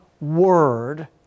word